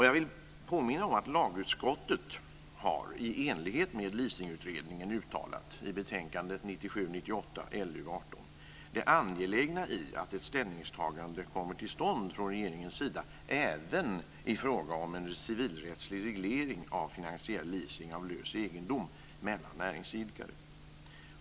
Jag vill påminna om att lagutskottet i enlighet med leasingutredningen i betänkandet 1997/98:LU18 uttalat det angelägna i att ett ställningstagande kommer till stånd från regeringens sida även i fråga om en civilrättslig reglering av finansiell leasing av lös egendom mellan näringsidkare.